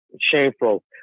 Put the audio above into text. shameful